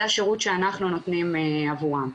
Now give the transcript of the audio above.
זה השירות שאנחנו נותנים עבורם.